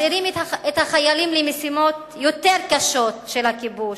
משאירים את החיילים למשימות קשות יותר של הכיבוש: